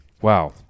Wow